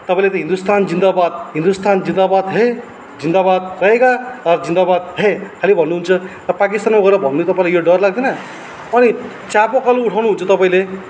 तपाईँले त हिन्दूस्तान जिन्दाबाद हिन्दूस्तान जिन्दाबात है जिन्दाबाद रहेगा और जिन्दाबाद है खालि भन्नुहुन्छ पाकिस्तानमा गएर भन्नु तपाईँलाई यो डर लाग्दैन अनि चापाकल उठाउनुहुन्छ तपाईँले